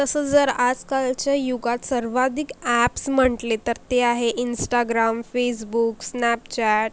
तसं जर आजकालच्या युगात सर्वाधिक ॲप्स म्हटले तर ते आहे इंस्टाग्राम फेसबुक स्नॅपचॅट